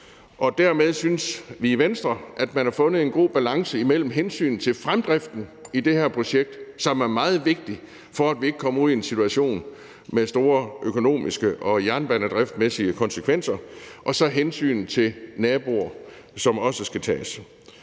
og dermed synes vi i Venstre, at man har fundet en god balance imellem hensynet til fremdriften i det her projekt, som er meget vigtig, for at vi ikke kommer ud i en situation med store økonomiske og jernbanedriftsmæssige konsekvenser, og så hensynet til naboer, som også skal tages.